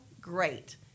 great